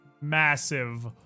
massive